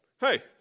hey